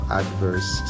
adverse